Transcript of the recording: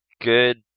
Good